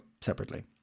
separately